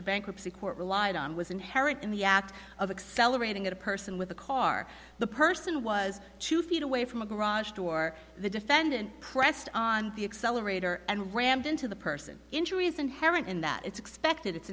the bankruptcy court relied on was inherent in the act of accelerating at a person with a car the person was two feet away from a garage door the defendant crest on the accelerator and rammed into the person injuries inherent in that it's expected it's